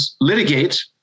litigate